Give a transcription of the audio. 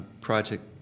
project